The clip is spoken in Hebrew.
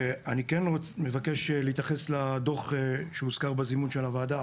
אני כן מבקש להתייחס לדוח שהוזכר בזימון של הוועדה,